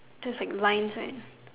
just like vines right